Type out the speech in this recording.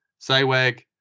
Saywag